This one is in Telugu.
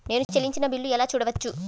నేను చెల్లించిన బిల్లు ఎలా చూడవచ్చు?